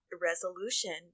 resolution